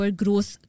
growth